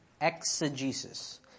exegesis